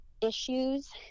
issues